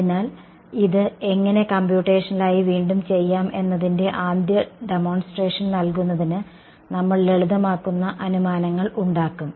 അതിനാൽ ഇത് എങ്ങനെ കമ്പ്യൂട്ടേഷണലായി വീണ്ടും ചെയ്യാം എന്നതിന്റെ ആദ്യ ഡെമോൺസ്ട്രേഷൻ നൽകുന്നതിന് നമ്മൾ ലളിതമാക്കുന്ന അനുമാനങ്ങൾ ഉണ്ടാക്കും